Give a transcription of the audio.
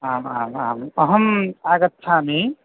आ आम् आम् अहम् आगच्छामि